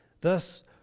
Thus